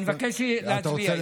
אני מבקש להצביע עליה.